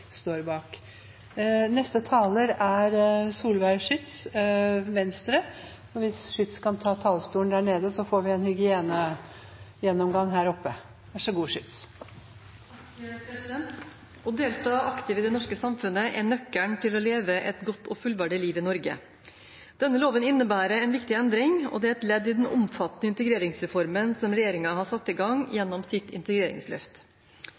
står bak. Å delta aktivt i det norske samfunnet er nøkkelen til å leve et godt og fullverdig liv i Norge. Denne loven innebærer en viktig endring og er et ledd i den omfattende integreringsreformen regjeringen har satt i gang gjennom sitt integreringsløft.